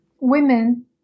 women